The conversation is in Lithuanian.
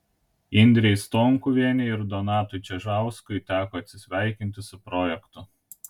indrei stonkuvienei ir donatui čižauskui teko atsisveikinti su projektu